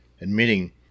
admitting